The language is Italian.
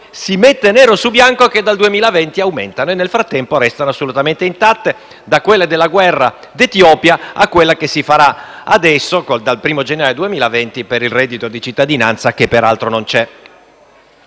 si mette nero su bianco che dal 2020 aumentano e nel frattempo restano assolutamente intatte, da quelle della guerra d'Etiopia a quella che si farà adesso dal 1° gennaio 2020 per il reddito di cittadinanza, che peraltro non c'è.